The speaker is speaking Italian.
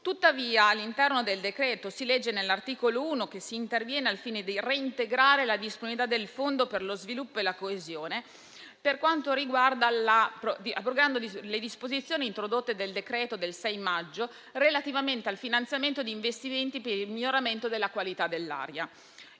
Tuttavia, all'articolo 1 del decreto si legge che si interviene al fine di reintegrare la disponibilità del Fondo per lo sviluppo e la coesione, abrogando le disposizioni introdotte dal decreto del 6 maggio relativamente al finanziamento di investimenti per il miglioramento della qualità dell'aria